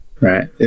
Right